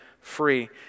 free